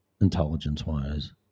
intelligence-wise